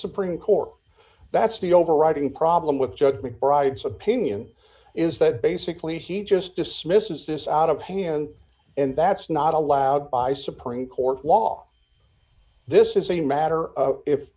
supreme court that's the overriding problem with juggling bride's opinion is that basically he just dismisses this out of hand and that's not allowed by supreme court law this is a matter of if